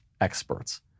experts